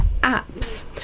apps